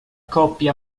coppia